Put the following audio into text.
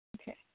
Okay